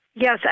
Yes